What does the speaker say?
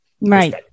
Right